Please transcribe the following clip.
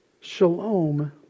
Shalom